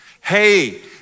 hey